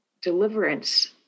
deliverance